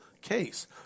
case